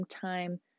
time